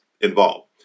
involved